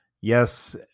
Yes